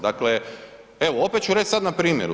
Dakle, evo opet ću reći sad na primjeru.